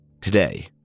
today